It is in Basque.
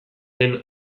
den